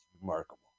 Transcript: remarkable